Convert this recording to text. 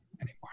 anymore